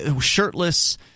shirtless